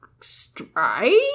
strike